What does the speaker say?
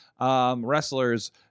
wrestlers